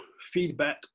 feedback